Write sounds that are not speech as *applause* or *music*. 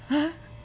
*noise*